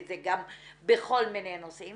וזה גם בכל מיני נושאים.